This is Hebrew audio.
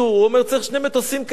כדי לאזן את אלה שנכנסים.